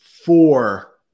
Four